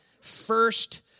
first